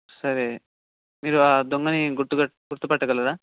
సరే మీరు ఆ దొంగని గుర్తుక గుర్తుపట్టగలరా